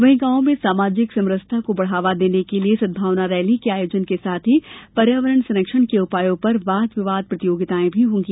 वहीं गांवों में सामाजिक समरसता को बढ़ावा देने के लिये सद्भावना रैली के आयोजन के साथ ही पर्यावरण संरक्षण के उपायों पर वाद विवाद प्रतियोगिताएं भी होंगी